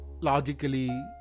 logically